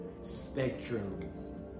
spectrums